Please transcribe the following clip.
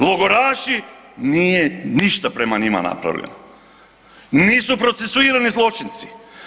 Logoraši, nije ništa prema njima napravljeno, nisu procesuirani zločinci.